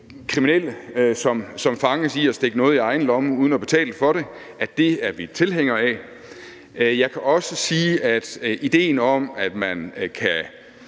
kriminelle, som fanges i at stikke noget i egen lomme uden at betale for det, er vi tilhængere af. Jeg kan også sige, at ideen om, at man kan